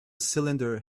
cylinder